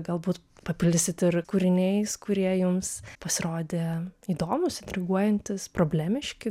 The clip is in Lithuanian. galbūt papildysit ir kūriniais kurie jums pasirodė įdomūs intriguojantys problemiški